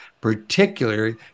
particularly